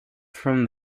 from